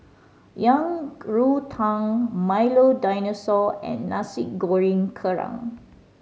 Yang Rou Tang Milo Dinosaur and Nasi Goreng Kerang